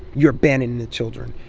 you're abandoning the children.